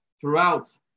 throughout